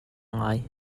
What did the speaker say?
ngai